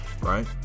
Right